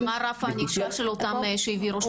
ומה רף הענישה של אותם שהעבירו שלושה?